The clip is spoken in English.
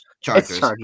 Chargers